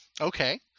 Okay